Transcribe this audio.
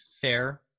fair